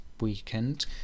weekend